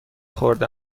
خورده